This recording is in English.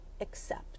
accept